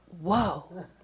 whoa